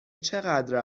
چقدر